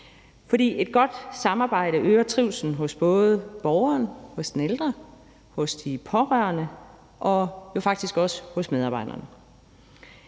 fordi et godt samarbejde øger trivslen både hos borgeren, den ældre, hos de pårørende og jo faktisk også hos medarbejderne.